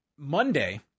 Monday